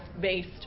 based